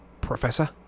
Professor